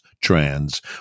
trans